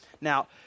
Now